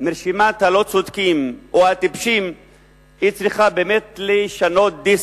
מרשימת הלא-צודקים או הטיפשים היא צריכה באמת לשנות דיסק,